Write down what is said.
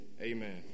Amen